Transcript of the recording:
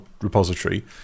repository